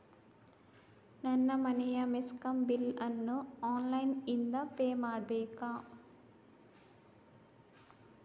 ನನ್ನ ಮನೆಯ ಮೆಸ್ಕಾಂ ಬಿಲ್ ಅನ್ನು ಆನ್ಲೈನ್ ಇಂದ ಪೇ ಮಾಡ್ಬೇಕಾ?